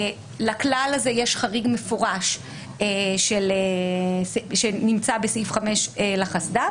לכלל הזה יש חריג מפורש שנמצא בסעיף 5 לחסד"פ